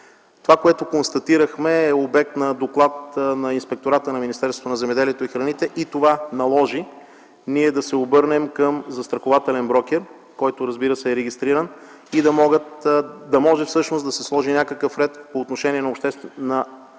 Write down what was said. Това, което констатирахме, е обект на доклад на Инспектората на Министерството на земеделието и храните. Това наложи ние да се обърнем към застрахователен брокер, който, разбира се, е регистриран – да може всъщност да се сложи някакъв ред по отношение на застраховките